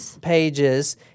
pages